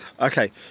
Okay